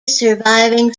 surviving